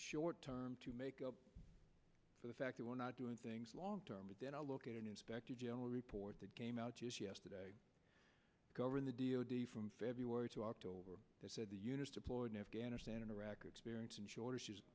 short term to make up for the fact that we're not doing things long term but then i look at an inspector general report that came out just yesterday govern the d o d from february to october that said the units deployed in afghanistan and iraq are experiencing shortages